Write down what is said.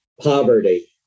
poverty